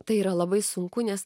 tai yra labai sunku nes